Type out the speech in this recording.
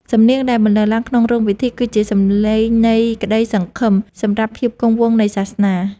សំនៀងដែលបន្លឺឡើងក្នុងរោងពិធី គឺជាសម្លេងនៃក្ដីសង្ឃឹមសម្រាប់ភាពគង់វង្សនៃសាសនា។